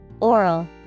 Oral